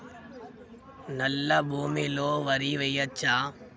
నల్లా భూమి లో వరి వేయచ్చా?